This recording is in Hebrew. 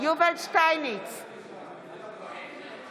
יובל שטייניץ,